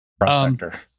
Prospector